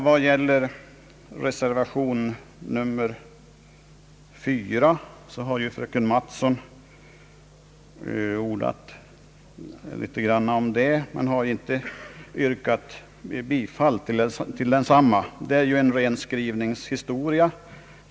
Vad gäller reservation nr 4 har fröken Mattson ordat en del om den, men hon har inte yrkat bifall till den. Det rör sig om en ren skrivningshistoria.